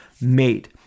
made